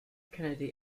kennedy